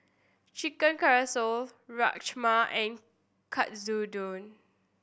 Chicken Casserole Rajma and Katsudon